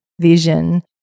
vision